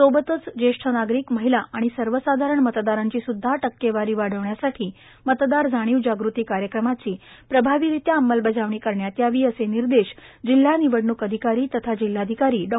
सोबतच जेष्ठ नागरिक महिला आणि सर्व साधारण मतदारांची सुध्दा टक्केवारी वाढविण्यासाठी मतदार जाणीव जागृती कार्यक्रमाची प्रभावीरीत्या अंमलबजावणी करण्यात यावी असे निर्देश जिल्हा निवडणूक अधिकारी तथा जिल्हाधिकारी डॉ